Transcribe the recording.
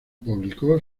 publicó